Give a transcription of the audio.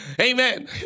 Amen